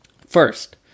First